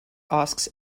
asks